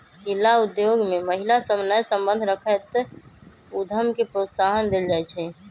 हिला उद्योग में महिला सभ सए संबंध रखैत उद्यम के प्रोत्साहन देल जाइ छइ